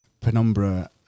Penumbra